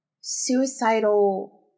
suicidal